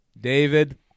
David